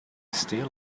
steal